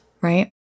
right